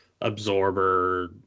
absorber